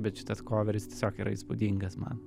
bet šitas koveris tiesiog yra įspūdingas man